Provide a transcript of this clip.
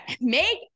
make